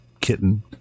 kitten